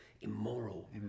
Immoral